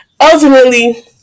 ultimately